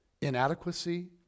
inadequacy